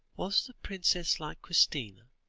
was the princess like christina?